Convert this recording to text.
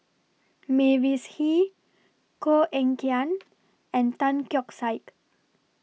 Mavis Hee Koh Eng Kian and Tan Keong Saik